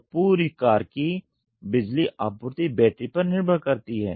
तो पूरी कार की बिजली आपूर्ति बैटरी पर निर्भर करती है